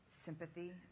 Sympathy